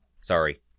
Sorry